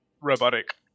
Robotic